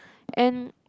and